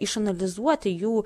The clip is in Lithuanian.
išanalizuoti jų